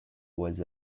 was